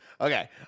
Okay